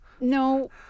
No